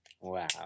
Wow